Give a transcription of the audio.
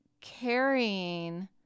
carrying